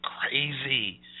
Crazy